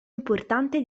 importante